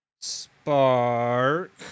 Spark